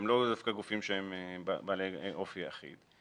הם לאו דווקא גופים שהם בעלי אופי אחיד.